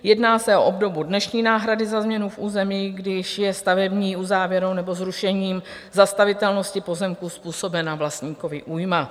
Jedná se o obdobu dnešní náhrady za změnu v území, když je stavební uzávěrou nebo zrušením zastavitelnosti pozemku způsobena vlastníkovi újma.